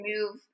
move